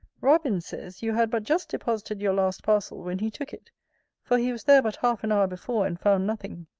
robin says, you had but just deposited your last parcel when he took it for he was there but half an hour before, and found nothing.